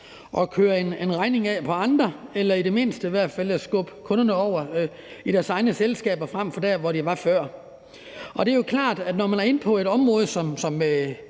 at køre en regning af på andre eller i hvert fald at skubbe kunderne over i deres egne selskaber frem for der, hvor de var før. Det er jo klart, at når man er inde på et område som